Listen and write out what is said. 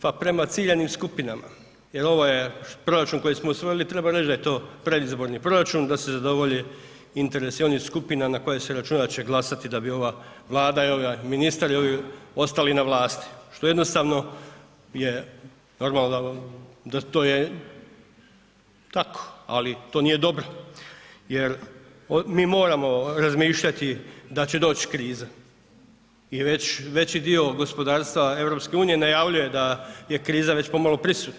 Pa rema ciljanim skupinama jer ovo je proračun koji smo usvojili treba reći da je to predizborni proračun, da se zadovolje interesi onih skupina na koje se računa da će glasati da bi ova Vlada i ovaj ministar ostali na vlasti što jednostavno da to je tako, ali to nije dobro jer mi moramo razmišljati da će doći kriza i veći dio gospodarstva EU najavljuje da je kriza već pomalo prisutna.